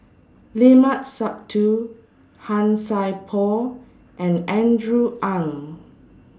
Limat Sabtu Han Sai Por and Andrew Ang